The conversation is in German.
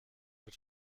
wird